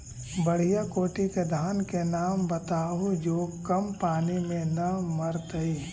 बढ़िया कोटि के धान के नाम बताहु जो कम पानी में न मरतइ?